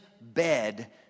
bed